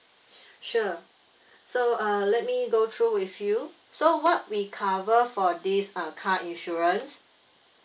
sure so uh let me go through with you so what we cover for this uh car insurance